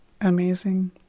amazing